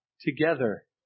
together